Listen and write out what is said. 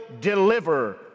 deliver